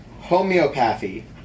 homeopathy